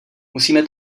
musíme